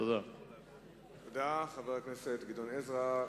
תודה לחבר הכנסת גדעון עזרא.